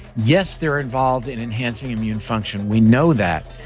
yes, they're involved in enhancing immune function, we know that,